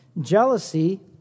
Jealousy